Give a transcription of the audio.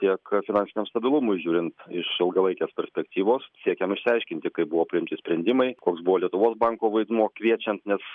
tiek finansiniam stabilumui žiūrint iš ilgalaikės perspektyvos siekiam išsiaiškinti kaip buvo priimti sprendimai koks buvo lietuvos banko vaidmuo kviečiant nes